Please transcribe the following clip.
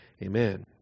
amen